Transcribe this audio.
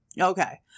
Okay